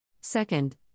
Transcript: Second